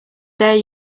there